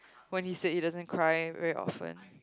when he said he doesn't cry very often